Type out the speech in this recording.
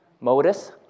modus